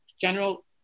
general